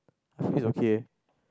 I feel is okay